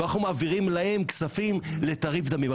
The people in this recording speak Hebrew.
ואנחנו מעבירים להם כספים לתעריף דמים.